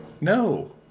No